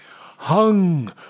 Hung